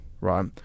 right